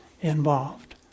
involved